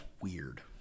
weird